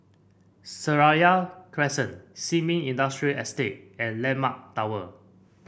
Seraya Crescent Sin Ming Industrial Estate and landmark Tower